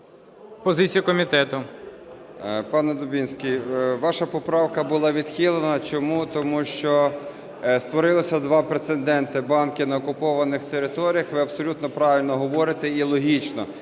ІВАНЧУК А.В. Пане Дубінський, ваша поправка була відхилена. Чому? Тому що створилося два прецеденти. Банки на окупованих територіях, ви абсолютно правильно говорите і логічно,